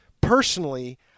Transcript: personally